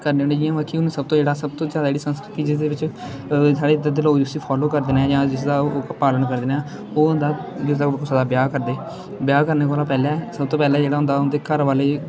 करने होन्ने जियां मतलब कि हून सब्भ तो जेह्ड़ा सब्भ तो जैदा जेह्ड़ी संस्कृति जिसदे बिच्च साढ़े इद्धर दे लोक जिस्सी फालो करदे न जां जिसदा ओह् पालन करदे न ओह् होंदा जिसलै कुसै दा ब्याह करदे ब्याह करने कोला पैह्लें सब्भ तो पैह्लें जेह्ड़ा होंदा उं'दे घर बाले कि